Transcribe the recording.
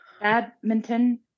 badminton